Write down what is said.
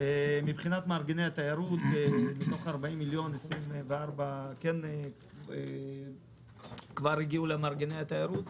מארגני התיירות מתוך 40 מיליון 24 מיליון כבר הגיעו למארגני התיירות.